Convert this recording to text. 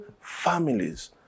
families